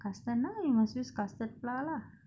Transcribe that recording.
custard you must use custard flour lah